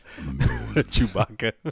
Chewbacca